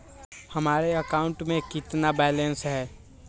हमारे अकाउंट में कितना बैलेंस है?